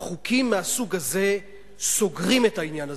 חוקים מהסוג הזה סוגרים את העניין הזה,